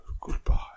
Goodbye